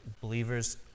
believers